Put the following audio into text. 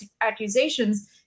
accusations